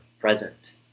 present